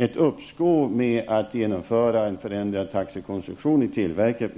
Ett halvårigt uppskov med att införa en förändrad taxekonstruktion inom televerket